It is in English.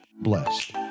blessed